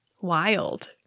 Wild